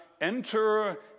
enter